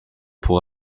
pour